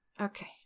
okay